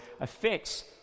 affects